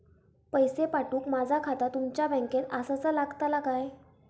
पैसे पाठुक माझा खाता तुमच्या बँकेत आसाचा लागताला काय?